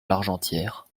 largentière